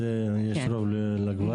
יש רוב לגברים?